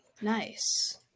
nice